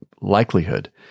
likelihood